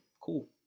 cool